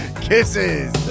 Kisses